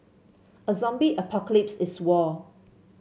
a zombie apocalypse is war